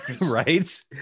Right